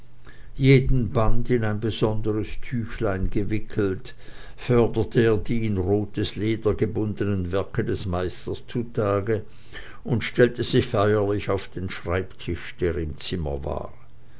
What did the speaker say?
jeden band in ein besonderes tüchlein gewickelt förderte er die in rotes leder gebundenen werke des meisters zutage und stellte sie feierlich auf den schreibtisch der im zimmer war